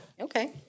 Okay